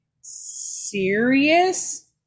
serious